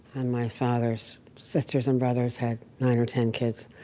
and my father's sisters and brothers had nine or ten kids.